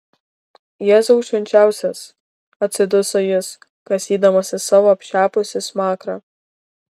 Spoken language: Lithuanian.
jėzau švenčiausias atsiduso jis kasydamasis savo apšepusį smakrą